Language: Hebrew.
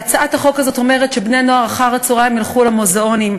הצעת החוק הזאת אומרת שבני-הנוער אחר-הצהריים ילכו למוזיאונים.